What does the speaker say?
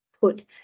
put